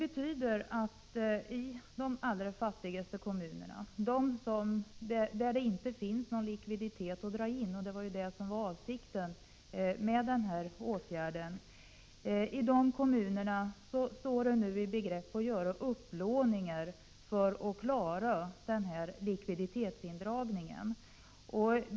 I de allra fattigaste kommunerna där det inte finns någon likviditet att dra in — och det var ju en likviditetsindragning som var avsikten med denna åtgärd — står man i begrepp att göra upplåningar för att klara inbetalningarna.